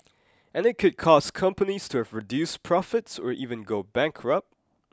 and it could cause companies to have reduced profits or even go bankrupt